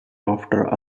after